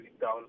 down